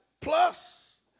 Plus